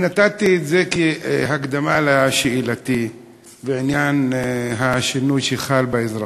נתתי את זה כהקדמה לשאלתי בעניין השינוי שחל באזרחות.